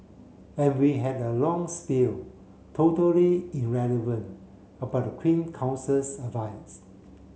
every had a long spiel totally irrelevant about the Queen Counsel's advice